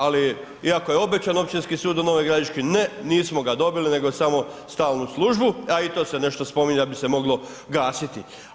Ali iako je obećan općinski sud u Novoj Gradiški, ne, nismo ga dobili nego samo stalnu službu a i to se nešto spominje da bi se moglo gasiti.